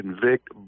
convict